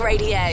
Radio